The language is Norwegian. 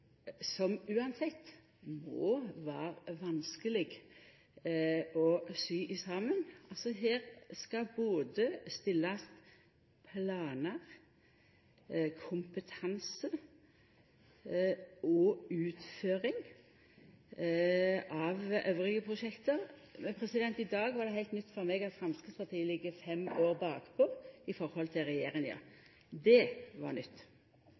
som det uansett må vera vanskeleg å sy saman – her skal det stillast både planar, kompetanse og utføring av andre prosjekt. I dag var det heilt nytt for meg at Framstegspartiet ligg fem år bakpå i forhold til regjeringa – det var nytt.